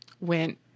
went